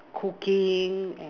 cooking and